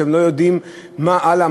שהם לא יודעים מה הלאה,